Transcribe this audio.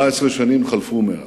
14 שנים חלפו מאז.